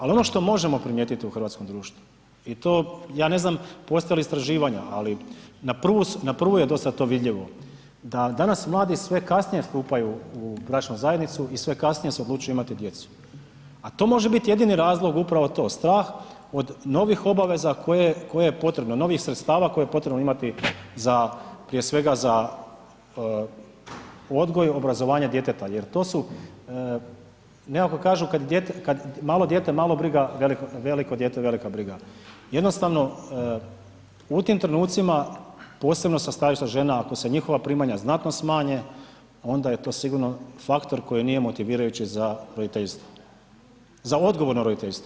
Al ono što možemo primijetit u hrvatskom društvu i to, ja ne znam postoje li istraživanja, ali na prvu, na prvu je dosta to vidljivo da danas mladi sve kasnije stupaju u bračnu zajednicu i sve kasnije se odlučuju imati djecu, a to može bit jedini razlog upravo to strah od novih obaveza koje, koje je potrebno, novih sredstava koje je potrebno imati za, prije svega za odgoj i obrazovanje djeteta jer to su, neki kažu malo dijete mala briga, veliko dijete velika briga, jednostavno u tim trenucima, posebno sa stajališta žena, ako se njihova primanja znatno smanje onda je to sigurno faktor koji nije motivirajući za roditeljstvo, za odgovorno roditeljstvo.